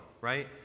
right